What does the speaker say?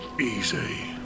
easy